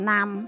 Nam